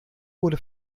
wurde